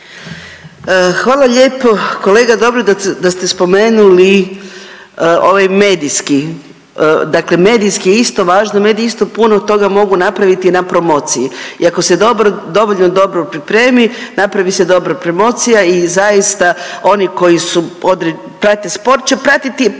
Hvala lijepo. Kolega dobro da ste spomenuli ovaj medijski dakle medijski je isto važno, mediji isto puno toga mogu napraviti na promociji i ako se dovoljno dobro pripremi napravi se dobra promocija i zaista oni koji prate sport će pratiti,